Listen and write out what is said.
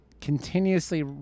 continuously